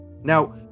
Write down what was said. Now